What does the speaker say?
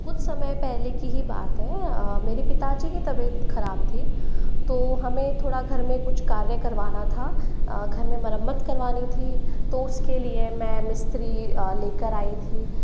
कुछ समय पहले की ही बात है मेरे पिताजी की तबीयत खराब थी तो हमें थोड़ा घर में कुछ कार्य करवाना था घर में मरम्मत करवानी थी तो उसके लिए मैं मिस्त्री लेकर आई थी